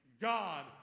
God